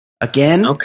Again